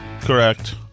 Correct